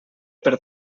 per